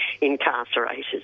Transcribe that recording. incarcerated